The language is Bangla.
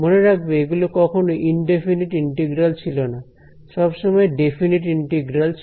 মনে রাখবে এগুলো কখনো ইন্ডিফিনিট ইন্টিগ্রাল ছিল না সব সময় ডেফিনিট ইন্টিগ্রাল ছিল